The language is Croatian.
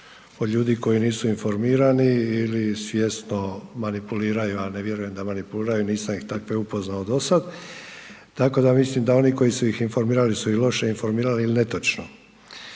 od ljudi koji nisu informirani ili svjesno manipuliraju, a ne vjerujem da manipuliraju, nisam ih takve upoznao dosad tako da mislim da oni koji su iz informirali su ih loše informirali ili netočno.